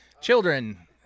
children